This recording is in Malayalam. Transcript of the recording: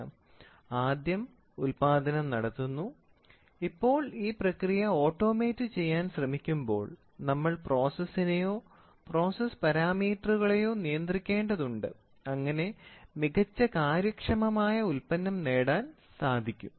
ആദ്യം ഉൽപ്പാദനം നടത്തുന്നു ഇപ്പോൾ ഈ പ്രക്രിയ ഓട്ടോമേറ്റ് ചെയ്യാൻ ശ്രമിക്കുമ്പോൾ നമ്മൾ പ്രോസസ്സിനെയോ പ്രോസസ്സ് പാരാമീറ്ററുകളെയോ നിയന്ത്രിക്കേണ്ടതുണ്ട് അങ്ങനെ മികച്ച കാര്യക്ഷമമായ ഉൽപ്പന്നം നേടാൻ സാധിക്കും